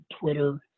Twitter